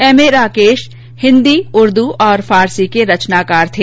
MA Rakesh Hindi Urdu और फारसी के रचनाकार थे